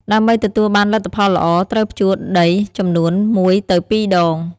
ដើម្បីទទួលបានលទ្ធផលល្អ ត្រូវភ្ជួរដីចំនួន ១ទៅ២ ដង។